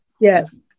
yes